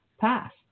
passed